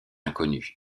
inconnue